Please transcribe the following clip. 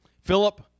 Philip